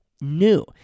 new